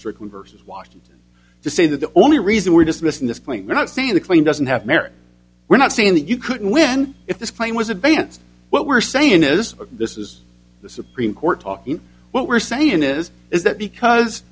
stricken versus washington to say that the only reason we're dismissing this point we're not saying the claim doesn't have merit we're not saying that you couldn't win if this claim was advanced what we're saying is this is the supreme court talking what we're saying is is that because